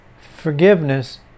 forgiveness